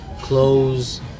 clothes